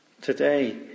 Today